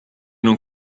non